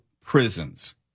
prisons